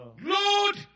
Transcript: Lord